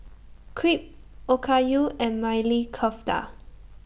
Crepe Okayu and Maili Kofta